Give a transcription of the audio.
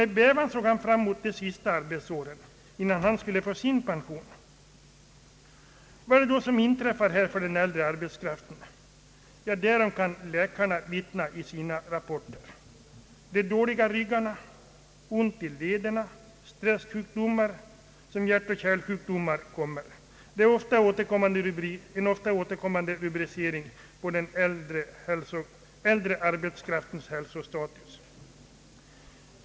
Med bävan såg han fram emot de sista arbetsåren, innan han skulle få sin pension. Vad är det då som inträffar för den äldre arbetskraften? Därom kan läkarna vittna i sina rapporter. Dåliga ryggar, ont i lederna, stressjukdomar som hjärtoch kärlsjukdomar är en ofta återkommande rubricering på den äldre arbetskraftens hälsostatus.